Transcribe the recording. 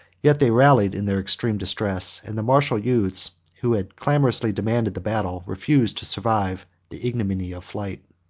yet they rallied in their extreme distress, and the martial youths, who had clamorously demanded the battle, refused to survive the ignominy of flight.